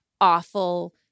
awful